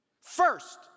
first